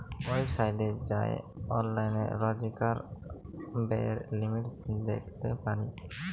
ওয়েবসাইটে যাঁয়ে অললাইল রজকার ব্যয়ের লিমিট দ্যাখতে পারি